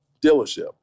dealership